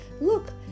Look